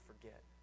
forget